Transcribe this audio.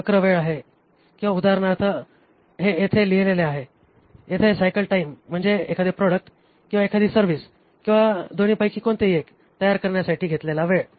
चक्र वेळ आहे किंवा उदाहरणार्थ हे येथे लिहिलेले आहे येथे सायकल टाइम म्हणजे एखादे प्रॉडक्ट किंवा एखादी सर्व्हिस किंवा दोन्ही पैकी कोणतेही एक तयार करण्यासाठी घेतलेला वेळ